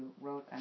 wrote